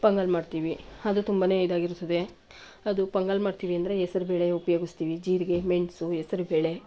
ಪೊಂಗಲ್ ಮಾಡ್ತೀವಿ ಅದು ತುಂಬನೇ ಇದಾಗಿರುತ್ತದೆ ಅದು ಪೊಂಗಲ್ ಮಾಡ್ತೀವಿ ಅಂದರೆ ಹೆಸ್ರು ಬೇಳೆ ಉಪಯೋಗಿಸ್ತೀವಿ ಜೀರಿಗೆ ಮೆಣಸು ಹೆಸ್ರು ಬೇಳೆ